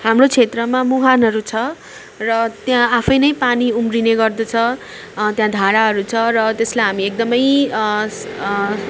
हाम्रो क्षेत्रमा मुहानहरू छ र त्यहाँ आफैँ नै पानी उम्रिने गर्दछ त्यहाँ धाराहरू छ र त्यसलाई हामीले एकदम